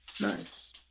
nice